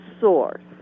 source